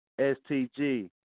STG